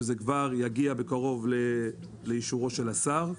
שזה כבר יגיע בקרוב לאישורו של השר.